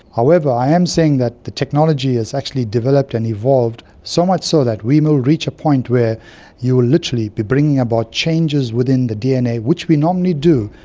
however, i am saying that the technology has actually developed and evolved so much so that we will reach a point where you will literally be bringing about changes within the dna, which we normally do,